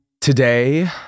Today